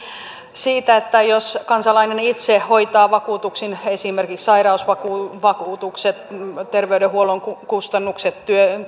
siitä että se jos kansalainen itse hoitaa maksut vakuutuksin esimerkiksi sairausvakuutukset terveydenhuollon kustannukset